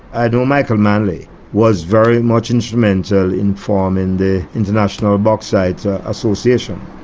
i know michael manley was very much instrumental in forming the international ah bauxite association,